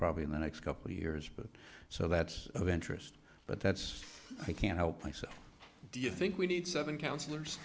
probably in the next couple years but so that's of interest but that's i can't help myself do you think we need seven councillors